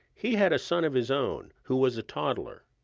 he had a son of his own who was a toddler.